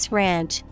ranch